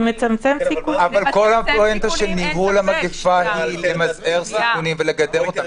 כל הפואנטה של ניהול המגפה זה למזער סיכונים ולגדר אותם.